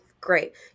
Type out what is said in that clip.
great